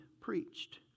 preached